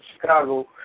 Chicago